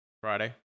Friday